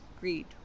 greed